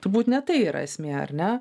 turbūt ne tai yra esmė ar ne